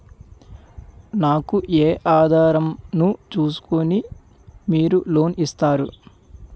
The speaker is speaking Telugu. నాకు ఏ ఆధారం ను చూస్కుని మీరు లోన్ ఇస్తారు?